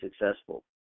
successful